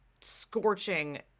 scorching